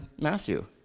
Matthew